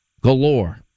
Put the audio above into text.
Galore